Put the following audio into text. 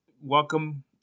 Welcome